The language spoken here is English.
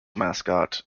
mascot